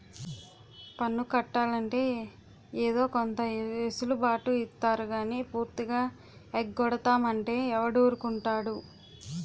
పన్ను కట్టాలంటే ఏదో కొంత ఎసులు బాటు ఇత్తారు గానీ పూర్తిగా ఎగ్గొడతాం అంటే ఎవడూరుకుంటాడు